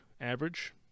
average